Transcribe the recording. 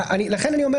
לכן אני אומר